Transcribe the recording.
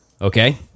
Okay